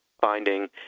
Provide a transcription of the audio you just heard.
finding